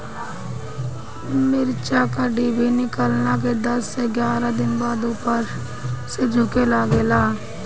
मिरचा क डिभी निकलले के दस से एग्यारह दिन बाद उपर से झुके लागेला?